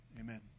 amen